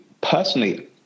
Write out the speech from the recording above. personally